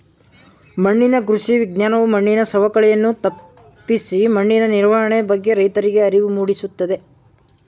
ಮಣ್ಣಿನ ಕೃಷಿ ವಿಜ್ಞಾನವು ಮಣ್ಣಿನ ಸವಕಳಿಯನ್ನು ತಪ್ಪಿಸಿ ಮಣ್ಣಿನ ನಿರ್ವಹಣೆ ಬಗ್ಗೆ ರೈತರಿಗೆ ಅರಿವು ಮೂಡಿಸುತ್ತದೆ